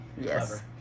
Yes